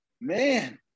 man